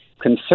concern